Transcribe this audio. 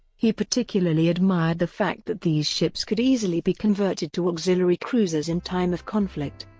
he particularly admired the fact that these ships could easily be converted to auxiliary cruisers in time of conflict.